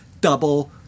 double